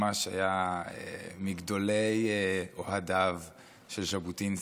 ממש היה מגדולי אוהדיו של ז'בוטינסקי.